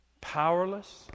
powerless